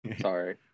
Sorry